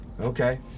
Okay